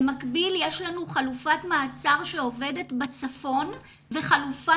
במקביל יש לנו חלופת מעצר שעובדת בצפון וחלופה